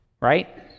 right